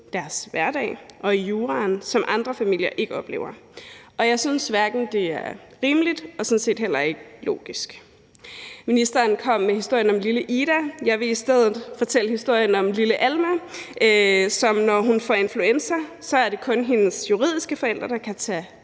deres hverdag og i juraen, som andre familier ikke oplever, og jeg synes sådan set, at det hverken er rimeligt eller logisk. Ministeren kom med historien om lille Ida. Jeg vil i stedet fortælle historien om lille Alma, hvor det, når hun får influenza, kun er hendes juridiske forældre, der kan tage